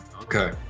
Okay